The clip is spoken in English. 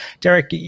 Derek